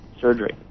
Surgery